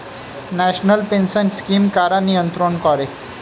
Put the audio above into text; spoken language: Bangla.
ন্যাশনাল পেনশন স্কিম কারা নিয়ন্ত্রণ করে?